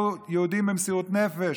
זיכרונו לברכה,